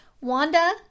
Wanda